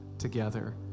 together